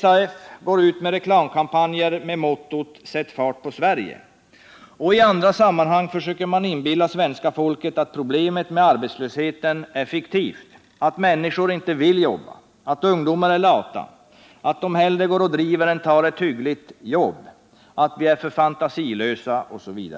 SAF går ut i reklamkampanjer med mottot Sätt fart på Sverige. I andra sammanhang försöker man inbilla svenska folket att problemet med arbetslösheten är fiktivt — att människor inte vill jobba, att ungdomar är lata, att ungdomar hellre går och driver än tar ett hyggligt jobb, att vi är för fantasilösa osv.